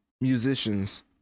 musicians